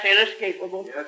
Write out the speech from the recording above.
inescapable